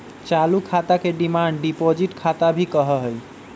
चालू खाता के डिमांड डिपाजिट खाता भी कहा हई